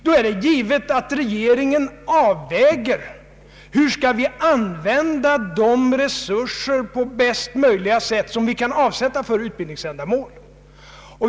Då är det givet att regeringen avväger hur vi på bästa möjliga sätt skall använda de resurser som vi kan avsätta för utbildningsändamål.